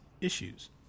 issues